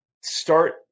start